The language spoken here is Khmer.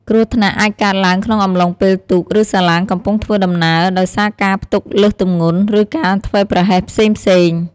គ្រោះថ្នាក់អាចកើតឡើងក្នុងអំឡុងពេលទូក ឬសាឡាងកំពុងធ្វើដំណើរ ដោយសារការផ្ទុកលើសទម្ងន់ ឬការធ្វេសប្រហែសផ្សេងៗ។